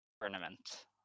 tournament